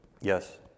Yes